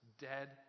dead